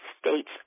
States